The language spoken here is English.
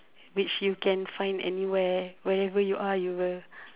which you can find anywhere wherever you are you will